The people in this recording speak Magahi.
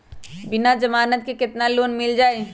बिना जमानत के केतना लोन मिल जाइ?